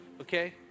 okay